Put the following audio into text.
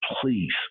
Please